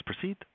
proceed